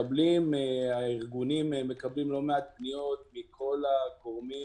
הארגונים מקבלים לא מעט פניות מכל הגורמים,